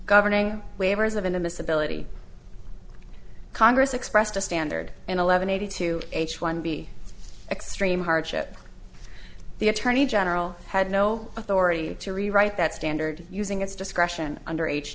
governing waivers of in the miss ability congress expressed a standard eleven eighty two h one b extreme hardship the attorney general had no authority to rewrite that standard using its discretion under age